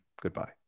goodbye